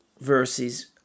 verses